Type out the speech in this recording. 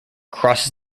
crosses